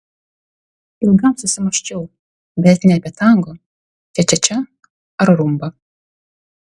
ilgam susimąsčiau bet ne apie tango čia čia čia ar rumbą